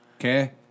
Okay